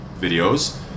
videos